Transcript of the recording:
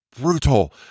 brutal